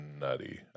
nutty